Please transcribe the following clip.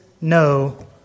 no